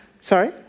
Sorry